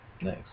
Nice